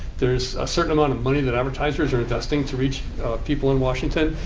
there's a certain amount of money that advertisers are investing to reach people in washington.